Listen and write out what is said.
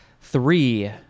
Three